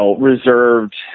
reserved